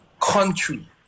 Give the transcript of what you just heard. country